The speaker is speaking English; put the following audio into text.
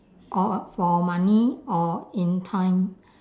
or for money or in time